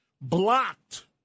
blocked